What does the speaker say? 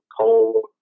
cold